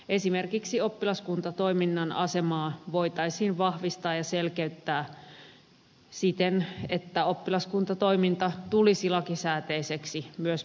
esimerkiksi oppilaskuntatoiminnan asemaa voitaisiin vahvistaa ja selkeyttää siten että oppilaskuntatoiminta tulisi lakisääteiseksi myös perusopetuksessa